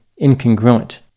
incongruent